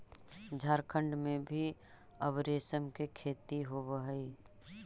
झारखण्ड में भी अब रेशम के खेती होवऽ हइ